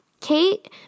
Kate